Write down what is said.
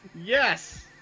yes